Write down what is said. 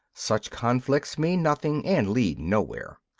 such conflicts mean nothing and lead nowhere.